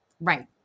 Right